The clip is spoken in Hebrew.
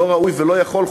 לא ראוי ולא יכול,